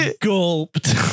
gulped